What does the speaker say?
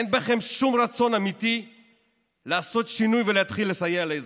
אין בכם שום רצון אמיתי לעשות שינוי ולהתחיל לסייע לאזרחים,